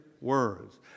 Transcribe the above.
words